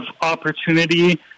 opportunity